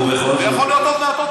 וזה יכול להיות עוד מעט עוד פעם.